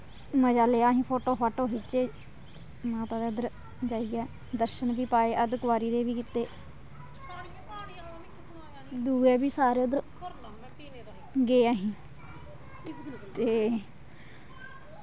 मज़ा लेआ असीं फोटो फाटो खिच्चे माता दे उद्धर जाइयै दर्शन बी पाए अद्ध कवारी दे बी कीते दूए बी सारे उद्धर गे असीं ते